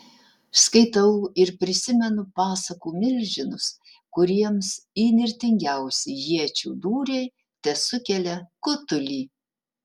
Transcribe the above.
skaitau ir prisimenu pasakų milžinus kuriems įnirtingiausi iečių dūriai tesukelia kutulį